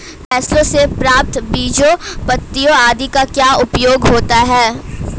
फसलों से प्राप्त बीजों पत्तियों आदि का क्या उपयोग होता है?